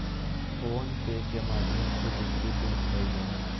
phone पे के माध्यम से बिजली बिल भरल जा हय